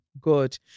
good